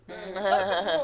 מהקואליציה.